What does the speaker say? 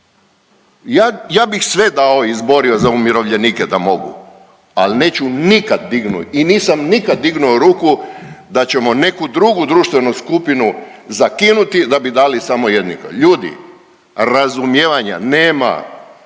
ja bih sve dao i izborio za umirovljenika da mogu, al neću nikad dig…, i nisam nikad dignuo ruku da ćemo neku drugu društvenu skupinu zakinuti da bi dali samo jednima. Ljudi, razumijevanja nema,